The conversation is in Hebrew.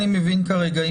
אני מבין כרגע,